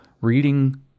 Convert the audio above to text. reading